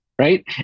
right